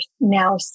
now